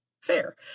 Fair